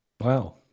Wow